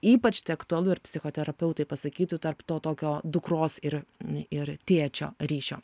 ypač tai aktualu ir psichoterapeutai pasakytų tarp to tokio dukros ir ir tėčio ryšio